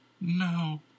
No